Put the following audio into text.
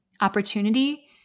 opportunity